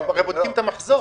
הרי הם בודקים את המחזור.